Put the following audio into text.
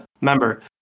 Remember